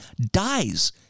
dies